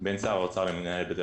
היה סיכום בין שר האוצר לבין מנהלי בתי